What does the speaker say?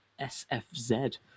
SFZ